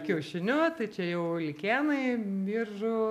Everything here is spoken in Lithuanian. kiaušiniu tai čia jau likėnai biržų